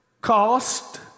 cost